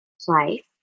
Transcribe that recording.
place